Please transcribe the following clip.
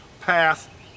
path